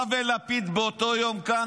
אתה ולפיד באותו יום כאן,